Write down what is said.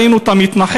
ראינו את המתנחלת,